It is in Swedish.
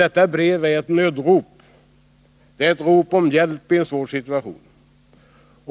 Detta brev är ett nödrop, ett rop om hjälp i en svår situation.